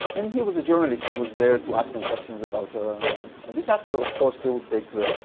and he was a journalist who was there to ask them questions about a disaster. of course, they would take the,